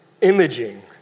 imaging